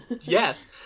yes